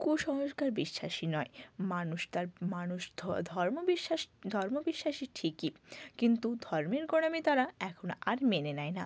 কুসংস্কার বিশ্বাসী নয় মানুষ তার মানুষ ধর্ম বিশ্বাস ধর্মবিশ্বাসী ঠিকই কিন্তু ধর্মের গোঁড়ামি তারা এখন আর মেনে নেয় না